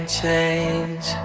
change